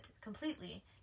completely